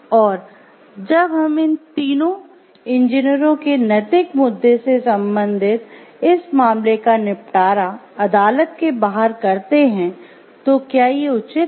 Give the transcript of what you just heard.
और जब हम इन तीनों इंजीनियरों के नैतिक मुद्दे से संबन्धित इस मामले का निपटारा अदालत के बाहर करते है तो क्या ये उचित था